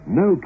no